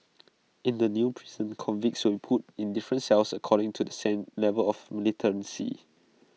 in the new prison convicts will be put in different cells according to the same level of militancy